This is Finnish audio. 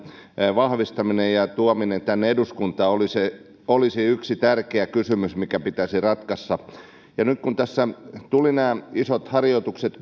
vahvistaminen ja tuominen tänne eduskuntaan olisi yksi tärkeä kysymys mikä pitäisi ratkaista nyt kun tässä tulivat nämä isot harjoitukset